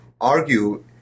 argue